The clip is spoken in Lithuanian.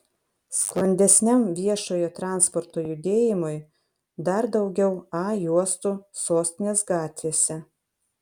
sklandesniam viešojo transporto judėjimui dar daugiau a juostų sostinės gatvėse